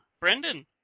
Brendan